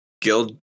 guild